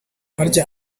harya